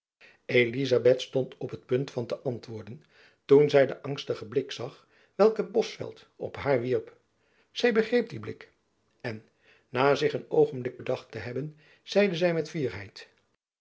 elizabeth stond op het punt van te antwoorden toen zy den angstigen blik zag welken bosveldt op haar wierp zy begreep dien blik en na zich een oogenblik bedacht te hebben zeide zy met